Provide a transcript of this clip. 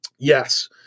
Yes